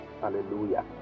hallelujah